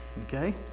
Okay